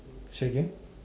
say again